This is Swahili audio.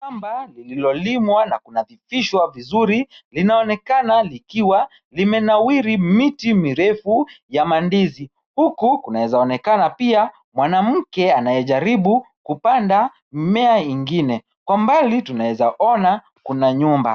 Shamba, nililolimwa. na kuna­dhibitiwa vizuri, linaonekana likiwa limenawiri miti mirefu ya mandizi. Huku kunawezaonekana pia mwanamke anayejaribu kupanda mmea ingine. Kwa mbali tunawezaona kuna nyumba.